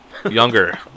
younger